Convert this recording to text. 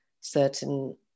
certain